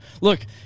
Look